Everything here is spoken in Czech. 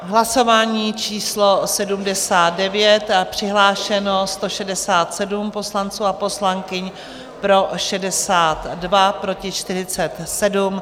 Hlasování číslo 79, přihlášeno 167 poslanců a poslankyň, pro 62, proti 47.